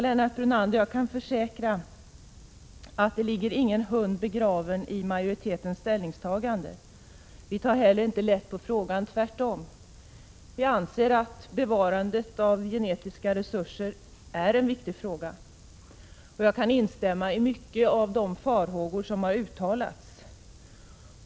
Herr talman! Jag kan försäkra Lennart Brunander att det inte ligger någon hund begraven i majoritetens ställningstagande. Vi tar heller inte lätt på frågan. Tvärtom. Vi anser att bevarandet av genetiska resurser är viktigt, och jag kan instämma i många av de farhågor som har uttalats.